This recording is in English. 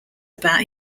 about